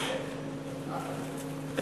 של מי?